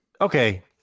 okay